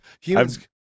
humans